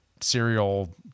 serial